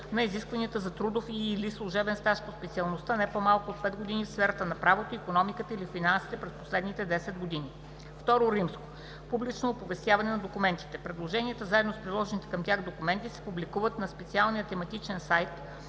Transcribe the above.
на изискването за трудов и/или служебен стаж по специалността не по-малко от 5 години в сферата на правото, икономиката или финансите през последните 10 години. II. Публично оповестяване на документите. Предложенията, заедно с приложените към тях документи се публикуват на специализирания тематичен сайт